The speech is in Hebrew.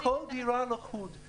כל דירה לחוד.